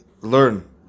learn